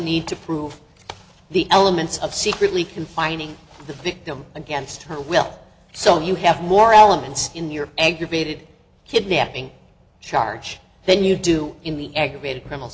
need to prove the elements of secretly confining the victim against her will so you have more elements in your aggravated kidnapping charge then you do in the aggravated prim